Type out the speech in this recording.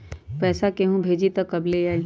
पैसा केहु भेजी त कब ले आई?